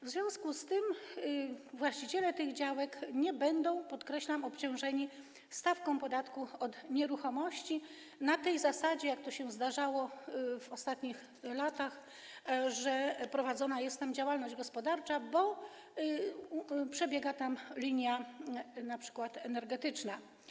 W związku z tym właściciele tych działek nie będą - podkreślam - obciążeni stawką podatku od nieruchomości na takiej zasadzie, jak to zdarzało się w ostatnich latach: że prowadzona jest działalność gospodarcza, bo przebiega np. linia energetyczna.